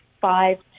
five